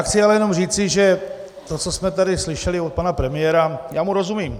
Chci jenom říci, že to, co jsme tady slyšeli od pana premiéra, já mu rozumím.